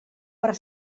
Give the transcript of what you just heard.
per